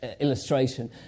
illustration